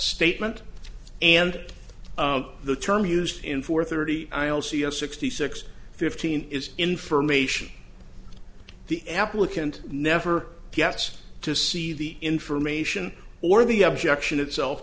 statement and the term used in four thirty i'll see a sixty six fifteen is information the applicant never gets to see the information or the objection itself